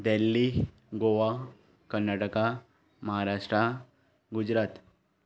Delhi Goa Karnataka Maharashtra Gujarat